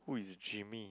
who is Jimmy